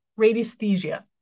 radiesthesia